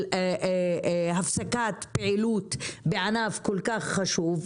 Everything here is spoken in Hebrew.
של הפסקת פעילות בענף כל כך חשוב,